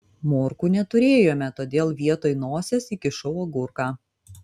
morkų neturėjome todėl vietoj nosies įkišau agurką